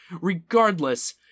regardless